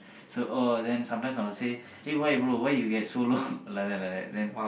so oh then sometimes I will say eh why bro why you get so low like that like that then